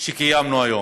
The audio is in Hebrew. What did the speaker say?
שקיימנו היום.